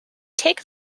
take